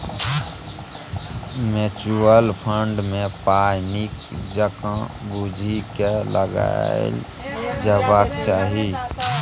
mutual fund मे पाइ नीक जकाँ बुझि केँ लगाएल जेबाक चाही